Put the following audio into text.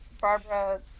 Barbara